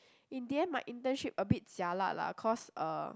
in the end my internship a bit jialat lah cause uh